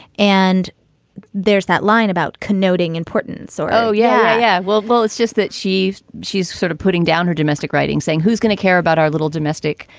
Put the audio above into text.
and there's that line about connoting importance or oh, yeah, yeah. well well, it's just that she's she's sort of putting down her domestic writing saying who's going to care about our little domestic?